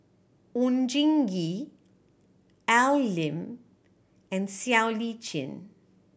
Oon Jin Gee Al Lim and Siow Lee Chin